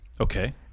okay